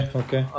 okay